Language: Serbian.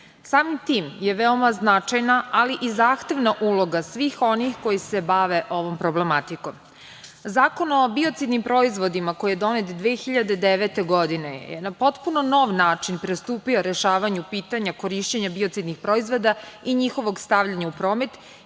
Samim tim je veoma značajna, ali i zahtevna uloga svih onih koji se bave ovom problematikom. Zakon o biocidnim proizvodima, koji je donet 2009. godine, je na potpuno nov način pristupio rešavanju pitanja korišćenja biocidnih proizvoda i njihovog stavljanja u promet